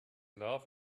love